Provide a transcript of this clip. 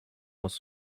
muss